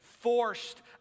forced